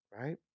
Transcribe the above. Right